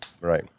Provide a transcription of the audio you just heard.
Right